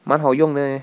满好用的 leh